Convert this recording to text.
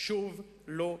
שוב לא ניפרד.